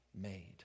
made